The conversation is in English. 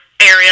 area